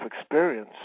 experience